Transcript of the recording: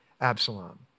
Absalom